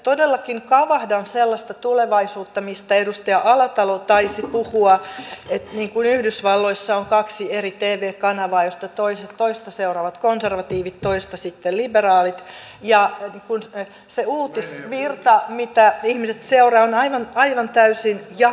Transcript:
todellakin kavahdan sellaista tulevaisuutta mistä edustaja alatalo taisi puhua että niin kuin yhdysvalloissa on kaksi eri tv kanavaa joista toista seuraavat konservatiivit toista sitten liberaalit ja se uutisvirta mitä ihmiset seuraavat on aivan täysin jakautunut